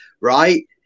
right